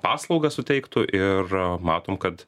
paslaugas suteiktų ir matom kad